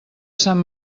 sant